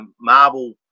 marble